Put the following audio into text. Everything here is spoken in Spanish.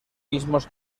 mismos